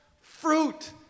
fruit